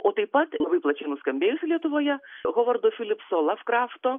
o taip pat labai plačiai nuskambėsėjusi lietuvoje hovardo filipso lavkrafto